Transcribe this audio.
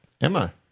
Emma